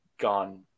gone